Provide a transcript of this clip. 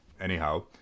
Anyhow